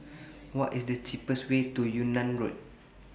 What IS The cheapest Way to Yunnan Road